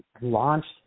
launched